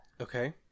Okay